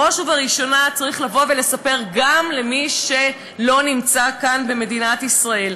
בראש ובראשונה צריך לבוא ולספר גם למי שלא נמצא כאן במדינת ישראל,